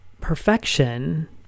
perfection